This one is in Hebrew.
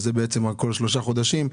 שזה בעצם כל שלושה חודשים,